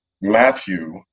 Matthew